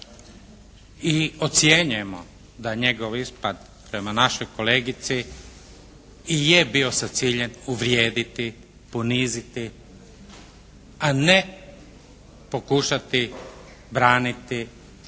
I ocjenjujemo da njegov ispad prema našoj kolegici i je bio sa ciljem uvrijediti, poniziti, a ne pokušati braniti